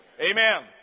Amen